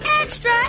Extra